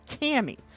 Cammy